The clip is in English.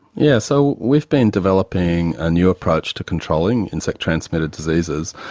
yes, so we've been developing a new approach to controlling insect transmitted diseases,